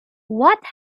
what